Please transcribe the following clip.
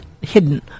hidden